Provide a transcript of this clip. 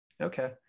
Okay